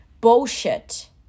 bullshit